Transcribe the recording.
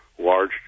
large